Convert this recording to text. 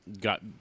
Got